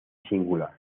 singular